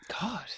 God